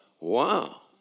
wow